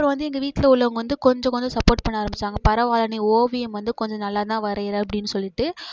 அப்புறம் வந்து எங்கள் வீட்டில் உள்ளவங்க வந்து கொஞ்சம் கொஞ்சம் சப்போர்ட் பண்ண ஆரம்மிச்சாங்க பரவாயில்ல நீ ஓவியம் வந்து கொஞ்சம் நல்லாத்தான் வரைகிற அப்படின் சொல்லிவிட்டு